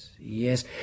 Yes